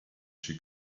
she